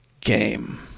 game